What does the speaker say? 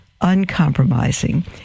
uncompromising